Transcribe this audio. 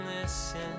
listen